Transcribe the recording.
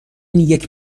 اینیک